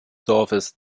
dorfes